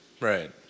right